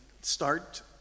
start